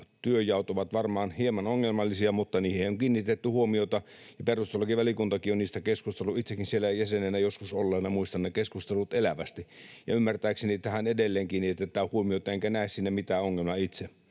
työnjaot ovat varmaan hieman ongelmallisia, mutta niihin on kiinnitetty huomiota. Perustuslakivaliokuntakin on niistä keskustellut. Itsekin siellä jäsenenä joskus olleena muistan ne keskustelut elävästi. Ymmärtääkseni tähän edelleen kiinnitetään huomiota, enkä näe siinä mitään ongelmaa itse.